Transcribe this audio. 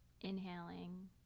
inhaling